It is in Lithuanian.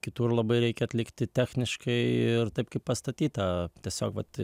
kitur labai reikia atlikti techniškai ir taip kaip pastatyta tiesiog vat